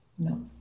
No